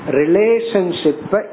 relationship